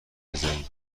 بزنیم